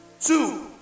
Two